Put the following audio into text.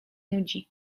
nudzi